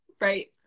right